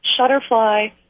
Shutterfly